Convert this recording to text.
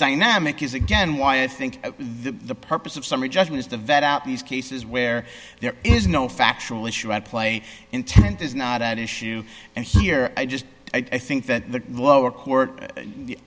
dynamic is again why i think the purpose of summary judgment is the vet out these cases where there is no factual issue at play intent is not at issue and here i just i think that the lower court